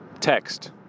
text